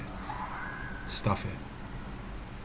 stuff eh